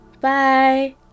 Bye